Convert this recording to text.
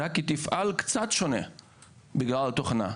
היא רק תפעל קצת שונה בגלל התוכנה.